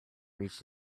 reached